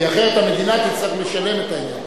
כי אחרת המדינה תצטרך לשלם את העניין.